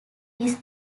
his